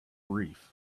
reef